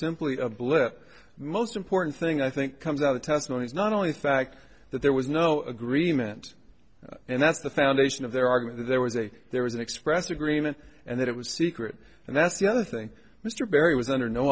simply a blip most important thing i think comes out of testimony is not only fact that there was no agreement and that's the foundation of their argument that there was a there was an express agreement and that it was secret and that's the other thing mr barry was under no